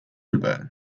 日本